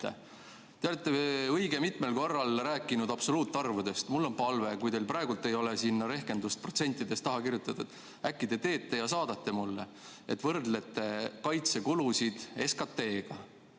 Te olete õige mitmel korral rääkinud absoluutarvudest. Mul on palve, et kui teil praegu ei ole sinna rehkendust protsentides taha kirjutatud, äkki te teete selle ja saadate mulle, võrdlete kaitsekulusid SKT‑ga.